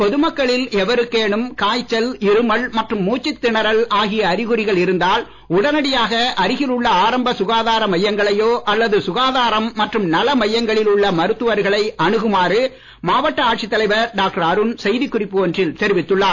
பொது மக்களில் எவருக்கேனும் காய்ச்சல் இருமல் மற்றும் மூச்சுத் திணறல் ஆகிய அறிகுறிகள் இருந்தால் உடனடியாக அருகில் உள்ள ஆரம்ப சுகாதார மையங்களையோ அல்லது சுகாதாரம் மற்றும் நல மையங்களில் உள்ள மருத்துவர்களை அணுகுமாறு மாவட்ட ஆட்சித் தலைவர் டாக்டர் அருண் செய்திக் குறிப்பு ஒன்றில் தெரிவித்துள்ளார்